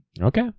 Okay